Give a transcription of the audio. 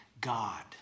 God